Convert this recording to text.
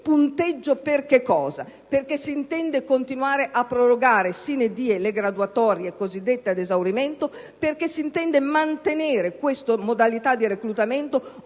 punteggio? Si intende continuare a prorogare *sine die* le graduatorie cosiddette ad esaurimento? Si intende mantenere questa modalità di reclutamento